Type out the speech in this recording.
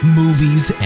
movies